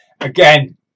again